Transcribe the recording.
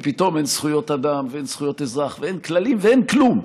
ופתאום אין זכויות אדם ואין זכויות אזרח ואין כללים ואין כלום.